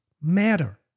matter